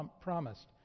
promised